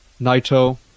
Naito